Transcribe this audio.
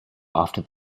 after